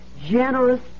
generous